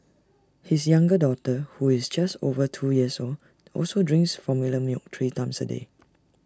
his younger daughter who is just over two years old also drinks formula milk three times A day